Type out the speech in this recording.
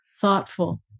thoughtful